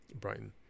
brighton